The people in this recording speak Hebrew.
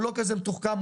הוא לא כזה מתוחכם,